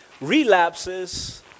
Relapses